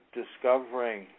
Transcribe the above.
discovering